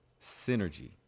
Synergy